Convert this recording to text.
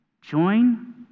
Join